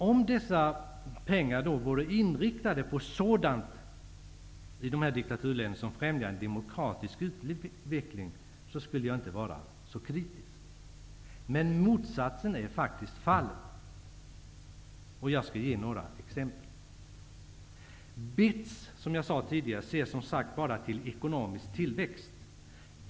Om dessa pengar vore inriktade på sådant i dessa diktaturländer som främjar en demokratisk utveckling skulle jag inte vara så kritisk. Men motsatsen är faktiskt fallet, och jag skall ge några exempel. BITS ser som sagt bara till ekonomisk tillväxt.